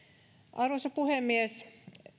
arvoisa puhemies